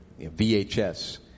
VHS